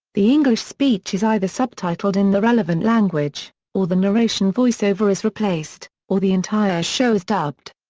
the english speech is either subtitled in the relevant language, or the narration voice-over is replaced, or the entire show is dubbed.